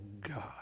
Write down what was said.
God